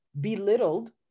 belittled